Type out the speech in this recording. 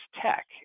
tech